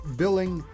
billing